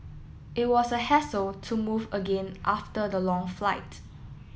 it was a hassle to move again after the long flight